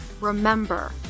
remember